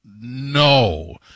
no